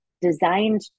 designed